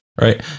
Right